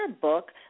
book